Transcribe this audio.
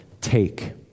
take